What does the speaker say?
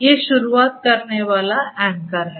ये शुरुआत करने वाले एंकर हैं